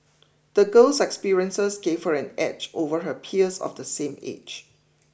the girl's experiences gave her an edge over her peers of the same age